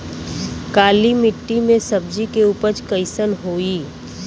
काली मिट्टी में सब्जी के उपज कइसन होई?